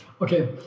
Okay